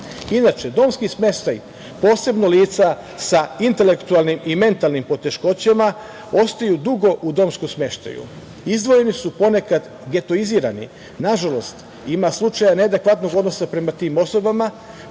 domski smeštaj, posebno lica sa intelektualnim i mentalnim poteškoćama, ostaju dugo u domskom smeštaju. Izdvojeni su ponekad getoizirani, nažalost ima slučajeva neadekvatnog odnosa prema tim osobama,